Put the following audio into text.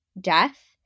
death